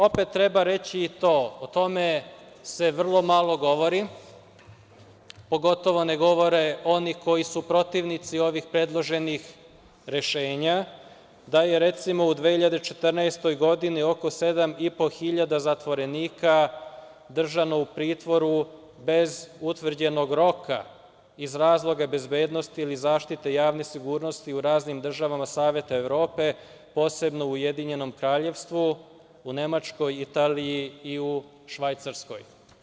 Opet treba reći i to, o tome se vrlo malo govori, pogotovo ne govore oni koji su protivnici ovih predloženih rešenja, da je recimo u 2014. godini oko 7.500 zatvorenika držano u pritvoru bez utvrđenog roka iz razloga bezbednosti ili zaštite javne sigurnosti u raznim državama Saveta Evrope, posebno u Ujedinjenom kraljevstvu, u Nemačkoj, Italiji i u Švajcarskoj.